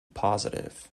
positive